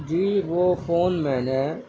جی وہ فون میں نے